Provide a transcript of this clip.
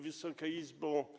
Wysoka Izbo!